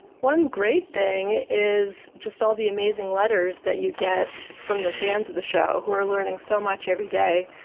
one great thing is just all the amazing letters that you get from the fans of the show who are learning so much every day,